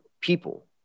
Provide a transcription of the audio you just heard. people